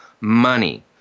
Money